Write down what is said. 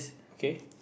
okay